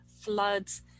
floods